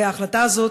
וההחלטה הנ"ל,